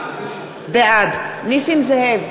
בעד נסים זאב,